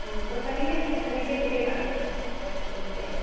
পইছাখিনি তেহেকে তেনেকে দি দিম আৰু পেমেণ্টটো তেতিয়াই